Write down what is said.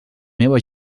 meva